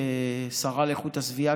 השרה לאיכות הסביבה,